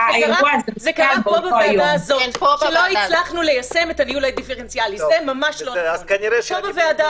האירוע הזה נחתם באותו היום --- זה קרה בוועדה